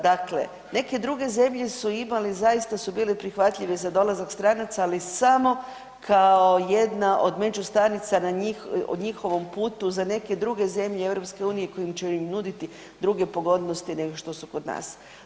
Dakle, neke druge zemlje su imali zaista su bile prihvatljive za dolazak stranaca, ali samo kao jedna od međustanica na njihovom putu za neke druge zemlje EU koje će im nuditi druge pogodnosti nego što kod nas.